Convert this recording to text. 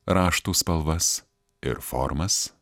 raštų spalvas ir formas